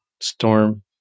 storm